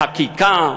בחקיקה,